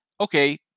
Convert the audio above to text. okay